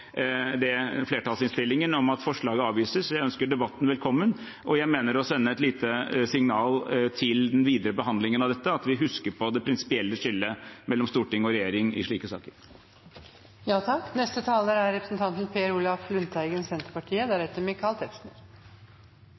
flertallsinnstillingen om at forslaget avvises. Jeg ønsker debatten velkommen, og jeg mener å sende et lite signal til den videre behandlingen av dette om at vi må huske på det prinsipielle skillet mellom storting og regjering i slike saker. Det vi behandler nå, er et forslag fra tre representanter fra Senterpartiet